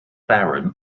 baron